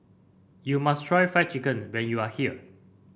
you must try Fried Chicken when you are here